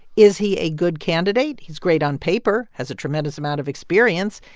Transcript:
is he a good candidate? he's great on paper, has a tremendous amount of experience,